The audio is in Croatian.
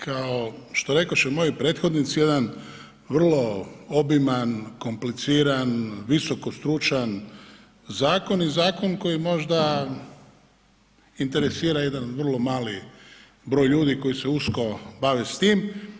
Kao što rekoše moji prethodnici jedan vrlo obiman kompliciran, visokostručan zakon i zakon koji možda interesira jedan vrlo mali broj ljudi koji se usko bave s tim.